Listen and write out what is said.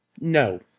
no